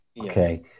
Okay